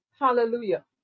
Hallelujah